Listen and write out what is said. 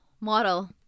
model